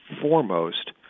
foremost